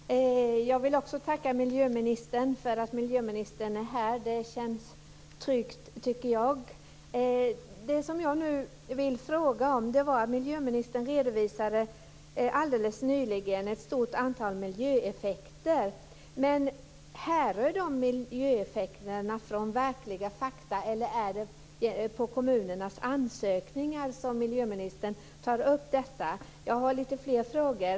Fru talman! Jag vill också tacka miljöministern för att miljöministern är här. Det känns tryggt, tycker jag. Det som jag nu vill fråga om är följande: Miljöministern redovisade alldeles nyligen ett stort antal miljöeffekter. Men härrör de miljöeffekterna från verkliga fakta, eller är det utifrån kommunernas ansökningar som miljöministern tar upp detta? Jag har lite fler frågor.